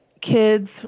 kids